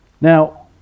Now